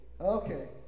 Okay